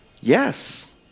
Yes